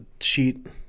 sheet